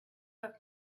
but